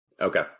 Okay